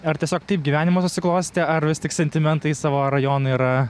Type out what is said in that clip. ar tiesiog taip gyvenimas susiklostė ar vis tik sentimentai savo rajonui yra